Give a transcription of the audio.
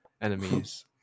enemies